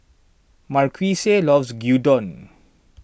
Marquise loves Gyudon